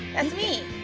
that's me.